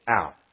out